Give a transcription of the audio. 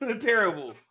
Terrible